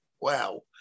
Wow